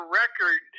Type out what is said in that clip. record